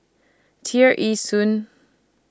Tear Ee Soon